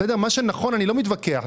על מה שנכון אני לא מתווכח,